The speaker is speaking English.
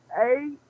Eight